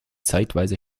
zeitweise